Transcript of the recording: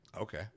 Okay